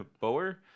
Boer